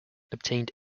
obtained